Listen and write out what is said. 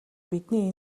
бидний